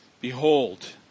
Behold